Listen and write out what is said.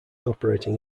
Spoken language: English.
operating